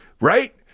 right